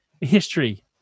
history